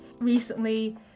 recently